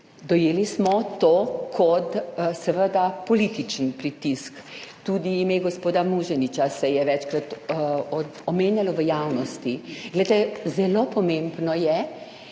dojeli kot političen pritisk. Tudi ime gospoda Muženiča se je večkrat omenjalo v javnosti. Glejte, zelo pomembno je,